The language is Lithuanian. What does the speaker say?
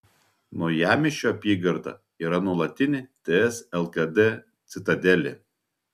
naujamiesčio apygarda yra nuolatinė ts lkd citadelė